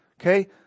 Okay